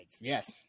Yes